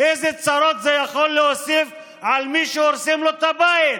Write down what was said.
איזה צרות זה יכול להוסיף למי שהורסים לו את הבית?